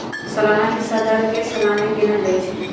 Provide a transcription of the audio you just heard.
सलाना हिस्सा दर के सलाने गिनल जाइ छइ